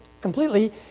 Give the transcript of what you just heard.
completely